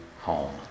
home